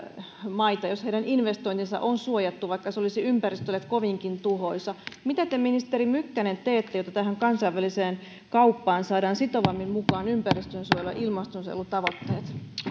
maita oikeuteen jos heidän investointinsa on suojattu vaikka se olisi ympäristölle kovinkin tuhoisa mitä te ministeri mykkänen teette jotta tähän kansainväliseen kauppaan saadaan sitovammin mukaan ympäristönsuojelu ja ilmastonsuojelutavoitteet